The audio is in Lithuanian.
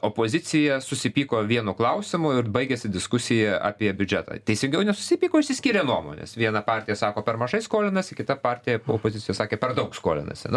opozicija susipyko vienu klausimu ir baigėsi diskusija apie biudžetą teisingiau nesusipyko išsiskyrė nuomonės viena partija sako per mažai skolinasi kita partija opozicijos sakė per daug skolinasi na